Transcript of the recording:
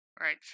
Right